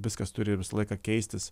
viskas turi visą laiką keistis